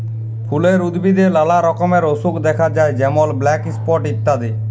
ফুলের উদ্ভিদে লালা রকমের অসুখ দ্যাখা যায় যেমল ব্ল্যাক স্পট ইত্যাদি